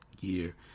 year